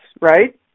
right